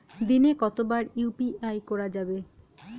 দিনে কতবার ইউ.পি.আই করা যাবে?